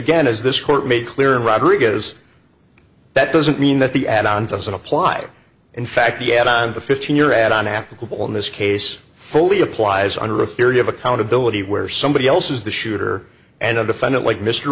again is this court made clear in rodriguez that doesn't mean that the add on to some apply in fact yet on the fifteen year add on applicable in this case fully applies under a theory of accountability where somebody else is the shooter and a defendant like mr